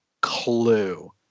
clue